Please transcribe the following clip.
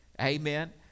amen